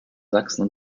sachsen